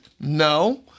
no